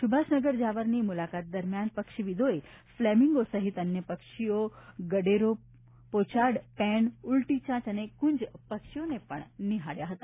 સુભાષનગર જાવરની મુલાકાત દરમિયાન પક્ષીવિદોએ ફ્લેમીંગો સહીત અન્ય પક્ષીઓ ગડેરો પોચાર્ડ પેણ ઉલ્ટી ચાંચ તથા કુંજ પક્ષીઓને પણ નિહાળ્યા હતા